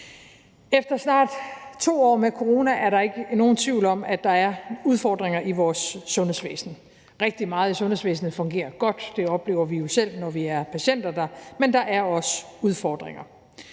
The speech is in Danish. Efter snart 2 år med corona er der ikke nogen tvivl om, at der er udfordringer i vores sundhedsvæsen. Rigtig meget i sundhedsvæsenet fungerer godt – det oplever vi jo selv, når vi er patienter der – men der er også udfordringer.